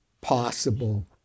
possible